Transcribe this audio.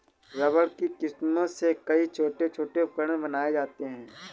rubber की किस्मों से कई छोटे छोटे उपकरण बनाये जाते हैं